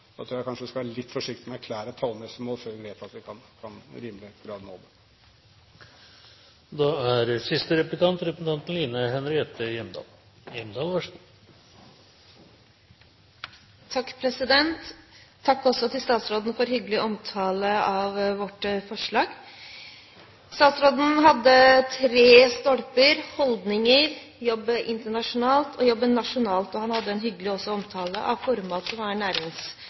tror vi skal være litt forsiktige med å erklære tallmessige mål før vi vet at vi i rimelig grad kan nå dem. Takk til statsråden for hyggelig omtale av vårt forslag. Statsråden hadde tre stolper – holdninger, jobbe internasjonalt og jobbe nasjonalt – og han hadde en hyggelig omtale av ForMat, som er